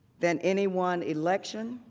than anyone election